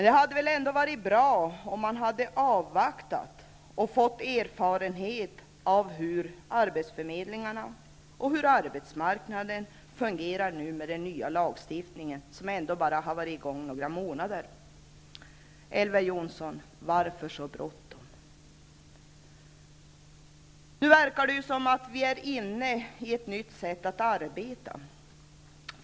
Det hade väl ändå varit bra om man hade avvaktat och fått erfarenhet av hur arbetsförmedlingarna och arbetsmarknaden fungerar med den nya lagstiftningen, som bara har gällt några månader. Elver Jonsson, varför så bråttom? Nu verkar det som att den borgerliga regeringen har ett nytt sätt att arbeta.